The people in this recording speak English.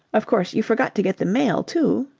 of course you forgot to get the mail, too?